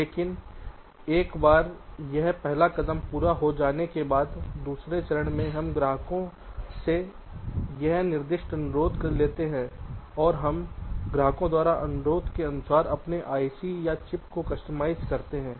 लेकिन एक बार यह पहला कदम पूरा हो जाने के बाद दूसरे चरण में हम ग्राहकों से यह विशिष्ट अनुरोध लेते हैं और हम ग्राहकों द्वारा अनुरोध के अनुसार अपने आईसी या चिप को कस्टमाइज़ करते हैं